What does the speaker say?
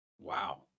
wow